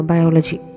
Biology